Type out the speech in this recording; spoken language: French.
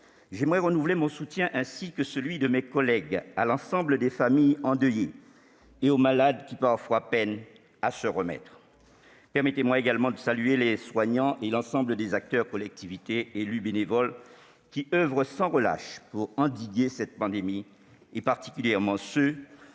j'aimerais renouveler mon soutien ainsi que celui de mes collègues à l'ensemble des familles endeuillées, et aux malades qui parfois peinent à se rétablir. Permettez-moi également de saluer les soignants et l'ensemble des acteurs- collectivités, élus, bénévoles -qui oeuvrent sans relâche pour endiguer cette pandémie, et particulièrement ceux